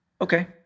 Okay